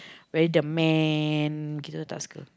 very the man kita tak suka